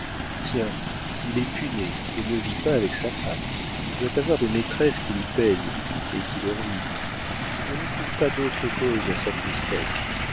tiens il est punais et ne vit pas avec sa femme il doit avoir des maîtresses qu'il paie et qui le ruinent je ne trouve pas d'autre cause à sa tristesse